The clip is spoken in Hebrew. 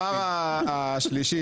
והדבר השלישי,